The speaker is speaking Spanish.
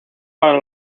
para